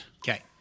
Okay